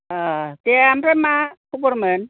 ओ दे ओमफ्राय मा ख'बरमोन